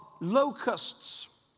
locusts